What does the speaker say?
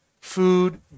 Food